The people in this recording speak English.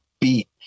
beat